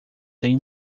têm